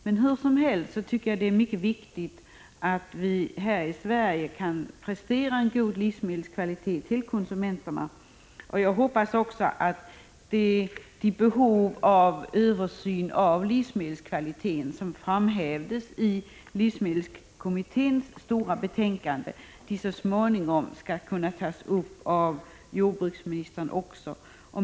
Men hur som helst tycker jag att det är mycket viktigt att vi här i Sverige kan prestera en god livsmedelskvalitet åt konsumenterna. Jag hoppas också att det behov av översyn av livsmedelskvaliteten som framhävdes i livsmedelskommitténs stora betänkande så småningom skall kunna tas upp av jordbruksministern.